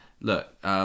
look